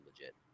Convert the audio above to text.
legit